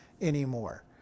anymore